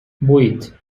vuit